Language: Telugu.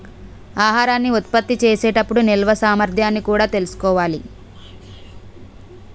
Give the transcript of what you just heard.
ఆహారాన్ని ఉత్పత్తి చేసే టప్పుడు నిల్వ సామర్థ్యాన్ని కూడా తెలుసుకోవాలి